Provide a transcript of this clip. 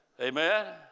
Amen